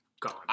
Gone